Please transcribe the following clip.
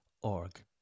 org